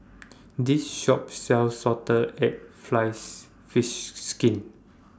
This Shop sells Salted Egg flies Fish Skin